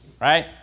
Right